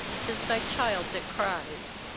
tis thy child that cries.